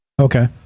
okay